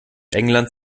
englands